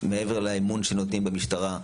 מעבר לאמון שנותנים במשטרה,